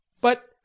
But